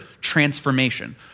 transformation